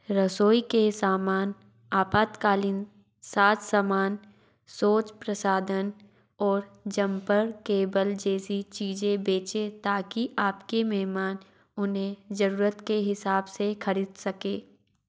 रसोई के सामान आपातकालीन साज़ सामान शौच प्रसाधन ओर जम्पर केबल जैसी चीज़ें बेचें ताकि आपके मेहमान उन्हें ज़रूरत के हिसाब से खरीद सकें